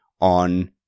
on